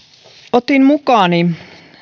otin mukaani